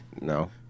No